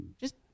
Just-